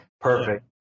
perfect